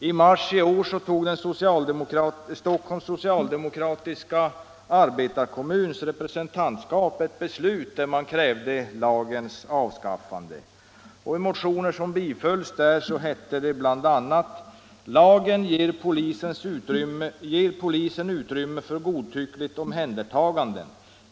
I mars i år fattade den socialdemokratiska Stockholms arbetarekommuns representantskap ett beslut vari man krävde lagens avskaffande, och i motioner som där bifölls hette det bl.a.: ”Lagen ger polisen utrymme för godtyckliga omhändertaganden.